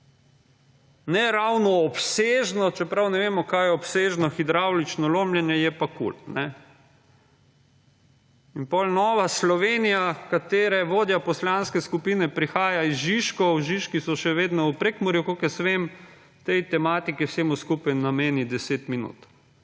Ne ravno obsežno - čeprav ne vemo, kaj je obsežno – hidravlično lomljenje je pa kul, kajne. In potem Nova Slovenija, katere vodja poslanske skupine prihaja iz Žižkov – Žižki so še vedno v Prekmurju, kolikor jaz vem -, tej tematiki vsega skupaj nameni deset minut,